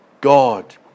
God